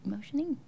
Motioning